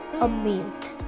amazed